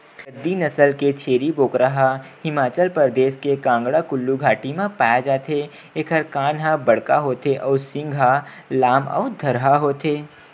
गद्दी नसल के छेरी बोकरा ह हिमाचल परदेस के कांगडा कुल्लू घाटी म पाए जाथे एखर कान ह बड़का होथे अउ सींग ह लाम अउ धरहा होथे